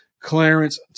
Clarence